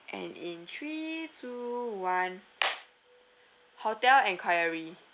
and in three two one hotel inquiry